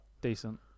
decent